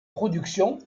production